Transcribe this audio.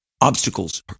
obstacles